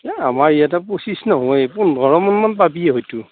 এই আমাৰ ইয়াতে পঁচিছ নহয়েই পোন্ধৰ মোন মান পাবি হয়তো